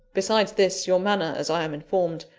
besides this, your manner, as i am informed,